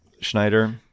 Schneider